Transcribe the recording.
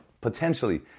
potentially